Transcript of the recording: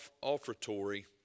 offertory